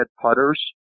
putters